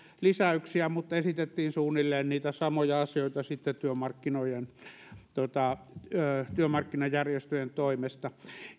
lisäyksiä mutta esitettiin suunnilleen niitä samoja asioita sitten työmarkkinajärjestöjen toimesta